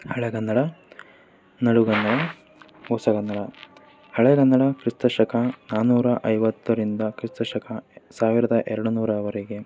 ಹಳೆಗನ್ನಡ ನಡುಗನ್ನಡ ಹೊಸಗನ್ನಡ ಹಳೆಗನ್ನಡ ಕ್ರಿಸ್ತಶಕ ನಾನ್ನೂರ ಐವತ್ತರಿಂದ ಕ್ರಿಸ್ತಶಕ ಸಾವಿರದ ಎರಡು ನೂರರವರೆಗೆ